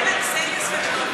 קוראים לה קסניה סבטלובה.